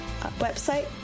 website